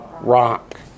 rock